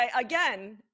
again